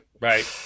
Right